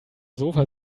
sofa